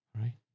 Right